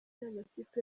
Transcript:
n’amakipe